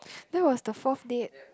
that was the fourth date